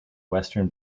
western